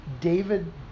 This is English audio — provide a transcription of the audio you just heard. David